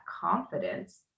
confidence